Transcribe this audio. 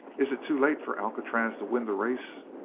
is it too late for alcatraz to win the race?